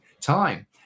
time